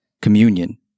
communion